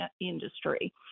industry